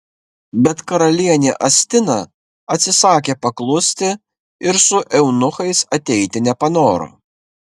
bet karalienė astina atsisakė paklusti ir su eunuchais ateiti nepanoro